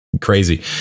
crazy